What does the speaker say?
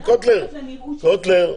אדוני היושב ראש --- קוטלר,